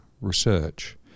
research